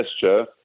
gesture